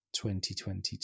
2022